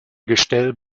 gestell